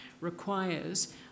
requires